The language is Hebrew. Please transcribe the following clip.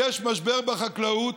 יש משבר בחקלאות,